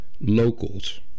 Locals